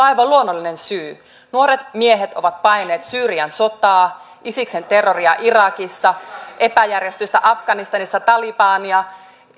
aivan luonnollinen syy nuoret miehet ovat paenneet syyrian sotaa isiksen terroria irakissa epäjärjestystä afganistanissa talibania